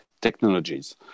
technologies